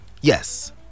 yes